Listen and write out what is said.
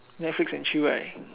Netflix and chill right